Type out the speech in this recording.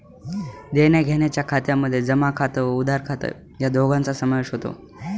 देण्याघेण्याच्या खात्यामध्ये जमा खात व उधार खात या दोघांचा समावेश होतो